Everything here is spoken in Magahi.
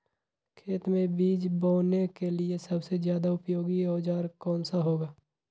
खेत मै बीज बोने के लिए सबसे ज्यादा उपयोगी औजार कौन सा होगा?